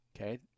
okay